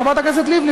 חברת הכנסת לבני,